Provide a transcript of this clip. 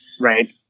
Right